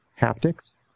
haptics